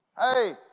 Hey